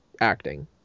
acting